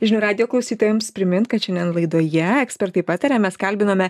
žinių radijo klausytojams primint kad šiandien laidoje ekspertai pataria mes kalbinome